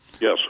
Yes